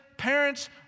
Parents